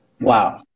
Wow